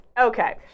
Okay